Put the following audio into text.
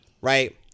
Right